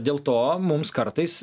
dėl to mums kartais